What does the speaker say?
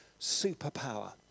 superpower